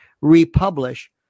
republish